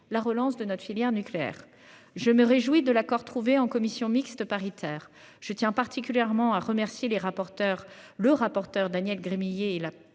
la relance de notre filière nucléaire. Je me réjouis de l'accord trouvé en commission mixte paritaire. Je tiens particulièrement à remercier les rapporteurs, le rapporteur